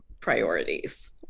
priorities